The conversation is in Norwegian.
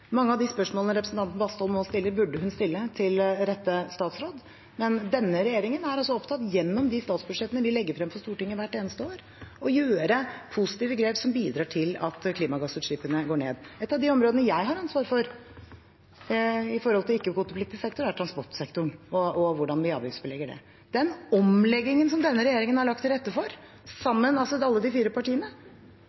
Mange av de spørsmålene representanten Bastholm nå stiller, burde hun stille til rette statsråd. Denne regjeringen er altså opptatt av, gjennom de statsbudsjettene vi legger frem for Stortinget hvert eneste år, å gjøre positive grep som bidrar til at klimagassutslippene går ned. Et av de områdene jeg har ansvar for, hva gjelder ikke-kvotepliktig sektor, er transportsektoren og hvordan vi avgiftsbelegger den. Den omleggingen som denne regjeringen har lagt til rette for,